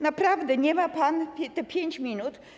Naprawdę nie ma pan tych 5 minut?